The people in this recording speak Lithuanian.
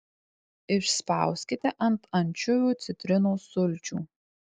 išspauskite ant ančiuvių citrinos sulčių